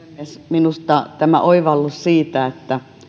minusta tämä oivallus siitä että